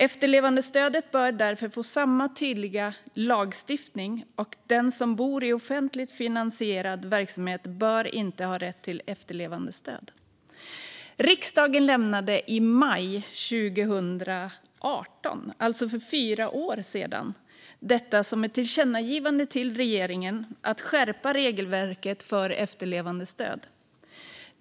Efterlevandestödet bör därför få samma tydliga lagstiftning, och den som bor i offentligt finansierad verksamhet bör inte ha rätt till efterlevandestöd. Riksdagen lämnade i maj 2018, alltså för fyra år sedan, ett tillkännagivande till regeringen om att skärpa regelverket för efterlevandestöd.